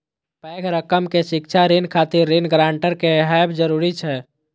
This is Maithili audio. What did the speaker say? पैघ रकम के शिक्षा ऋण खातिर ऋण गारंटर के हैब जरूरी छै